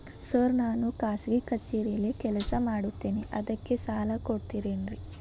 Sir ನಾನು ಖಾಸಗಿ ಕಚೇರಿಯಲ್ಲಿ ಕೆಲಸ ಮಾಡುತ್ತೇನೆ ಅದಕ್ಕೆ ಸಾಲ ಕೊಡ್ತೇರೇನ್ರಿ?